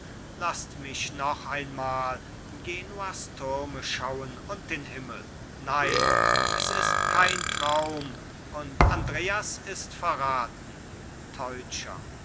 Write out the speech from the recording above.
laßt mich noch einmal genuas türme schauen und den himmel nein es ist kein traum und andreas ist verraten teutscher